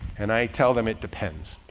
and i tell them it depends